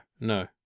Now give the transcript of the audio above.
no